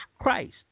Christ